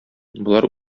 болар